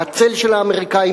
מהצל של האמריקנים,